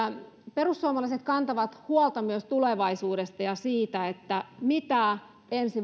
perussuomalaiset kantavat huolta myös tulevaisuudesta ja siitä mitä ensi